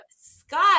Scott